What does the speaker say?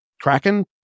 Kraken